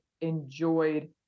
enjoyed